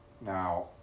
now